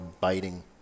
biting